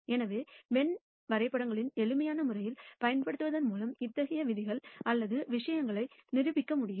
எனவே வென் வரைபடங்களை எளிமையான முறையில் பயன்படுத்துவதன் மூலம் இத்தகைய விதிகள் அல்லது விஷயங்களை நிரூபிக்க முடியும்